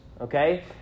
okay